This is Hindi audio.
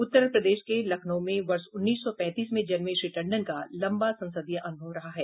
उत्तर प्रदेश के लखनऊ में वर्ष उन्नीस सौ पैंतीस में जन्मे श्री टंडन का लंबा संसदीय अनुभव रहा है